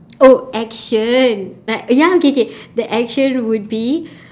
oh action like ya okay K the action would be